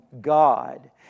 God